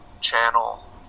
channel